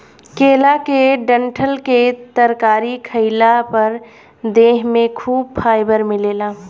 केला के डंठल के तरकारी खइला पर देह में खूब फाइबर मिलेला